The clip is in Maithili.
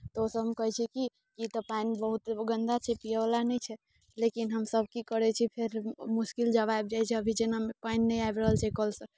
तऽ ओसभ हम कहैत छियै कि ई तऽ पानि बहुत गन्दा छै पीयऽवला नहि छै लेकिन हमसभ की करै छी फेर मुश्किल जब आबि जाइत छै अभी जेना पानि नहि आबि रहल छै कलसँ